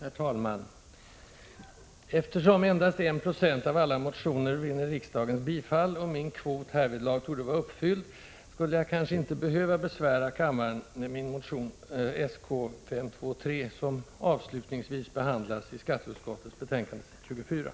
Herr talman! Eftersom endast 1 26 av alla motioner vinner riksdagens bifall och min kvot härvidlag torde vara uppfylld skulle jag kanske inte behöva besvära kammaren med min motion Sk523, som avslutningsvis behandlas i skatteutskottets betänkande 24.